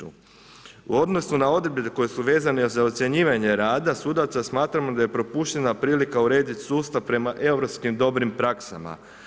U odnosu na odredbe koje su vezane za ocjenjivanje rada sudaca smatramo da je propuštena prilika urediti sustav prema europskim dobrim praksama.